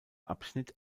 abschnitt